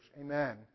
Amen